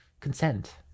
Consent